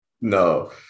No